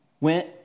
went